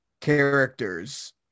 characters